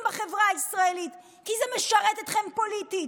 בחברה הישראלית כי זה משרת אתכם פוליטית.